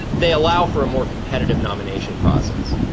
they allow for a more competitive nomination process.